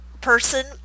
person